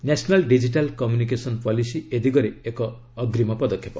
national digital communication policy ଏ ଦିଗରେ ଏକ ଅଗ୍ରୀମ ପଦକ୍ଷେପ